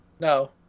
No